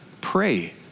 pray